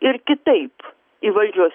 ir kitaip į valdžios